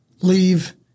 Leave